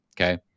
Okay